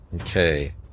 Okay